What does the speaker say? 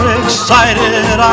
excited